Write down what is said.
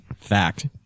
Fact